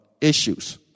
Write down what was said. issues